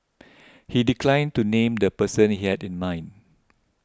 he declined to name the person he had in mind